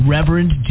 Reverend